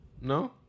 No